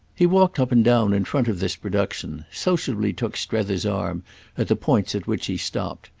he walked up and down in front of this production, sociably took strether's arm at the points at which he stopped,